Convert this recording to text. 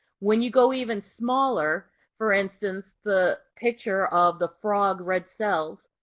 when you go even smaller, for instance, the picture of the frog red cells,